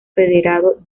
federado